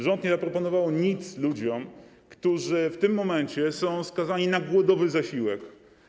Rząd nie zaproponował nic ludziom, którzy w tym momencie są skazani na głodowy zasiłek.